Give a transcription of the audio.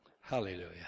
Hallelujah